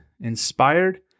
inspired